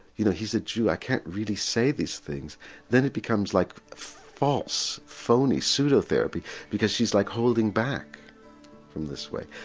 you know he's a jew i can't really say these things then it becomes like false, phoney, pseudotherapy because she's like holding back in this way.